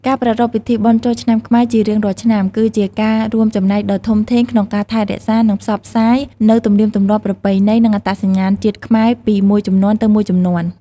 ការប្រារព្ធពិធីបុណ្យចូលឆ្នាំខ្មែរជារៀងរាល់ឆ្នាំ គឺជាការរួមចំណែកដ៏ធំធេងក្នុងការថែរក្សា និងផ្សព្វផ្សាយនូវទំនៀមទម្លាប់ ប្រពៃណី និងអត្តសញ្ញាណជាតិខ្មែរពីមួយជំនាន់ទៅមួយជំនាន់។